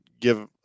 give